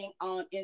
on